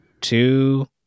two